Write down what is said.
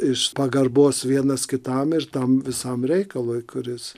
iš pagarbos vienas kitam ir tam visam reikalui kuris